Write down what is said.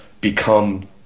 become